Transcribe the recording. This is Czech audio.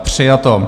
Přijato.